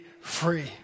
free